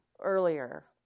earlier